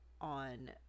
on